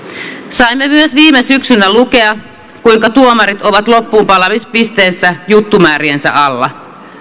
saimme myös viime syksynä lukea kuinka tuomarit ovat loppuunpalamispisteessä juttumääriensä alla